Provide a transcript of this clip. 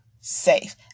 safe